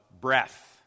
breath